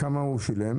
כמה הוא שילם?